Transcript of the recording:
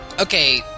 Okay